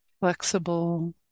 flexible